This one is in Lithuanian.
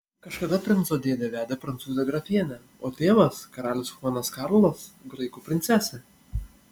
kažkada princo dėdė vedė prancūzę grafienę o tėvas karalius chuanas karlas graikų princesę